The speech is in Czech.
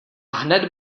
hned